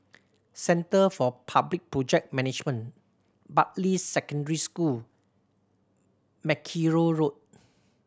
Centre for Public Project Management Bartley Secondary School Mackerrow Road